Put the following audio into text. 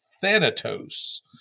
thanatos